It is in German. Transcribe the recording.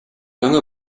lange